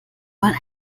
wollen